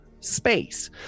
space